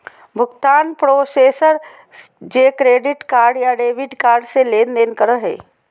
भुगतान प्रोसेसर जे credit card या डेबिट कार्ड से लेनदेन करो हइ